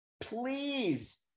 Please